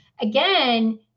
again